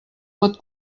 pot